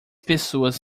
pessoas